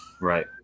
Right